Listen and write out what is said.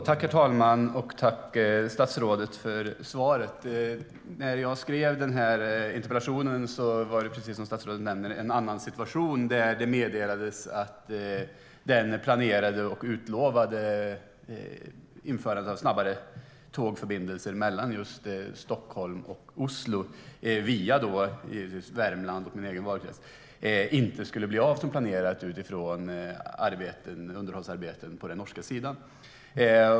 Herr talman! Jag tackar statsrådet för svaret. När jag skrev interpellationen var situationen, precis som statsrådet nämner, en annan. Det meddelades nämligen att det planerade och utlovade införandet av snabbare tågförbindelser mellan just Stockholm och Oslo - via Värmland, som är min egen valkrets - inte skulle bli av som planerat på grund av underhållsarbeten på den norska sidan.